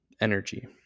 energy